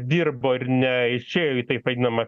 dirbo ir neišėjo į taip vadinamą